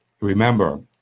remember